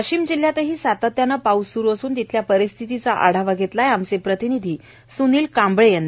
वाशीम जिल्ह्यातही सातत्यान पाऊस स्रु असून तिथल्या परिस्थितीचा आढावा घेतलाय आमचे प्रतिनिधी स्नील कांबळे यांनी